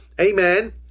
Amen